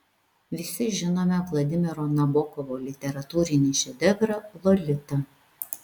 visi žinome vladimiro nabokovo literatūrinį šedevrą lolita